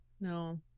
no